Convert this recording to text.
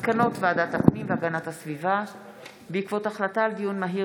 מסקנות ועדת הפנים והגנת הסביבה בעקבות דיון מהיר